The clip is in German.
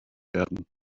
werden